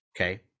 Okay